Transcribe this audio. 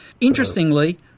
Interestingly